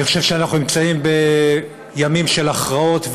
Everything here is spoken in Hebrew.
אני חושב שאנחנו נמצאים בימים של הכרעות,